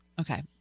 Okay